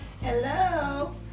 Hello